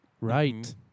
Right